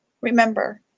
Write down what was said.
remember